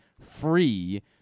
free